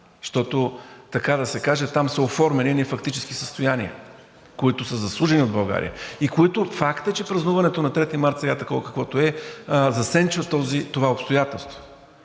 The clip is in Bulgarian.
Защото, така да се каже, там са оформени едни фактически състояния, които са заслужени от България, и които – факт е, че празнуването на 3 март сега такова, каквото е, засенчва това обстоятелство.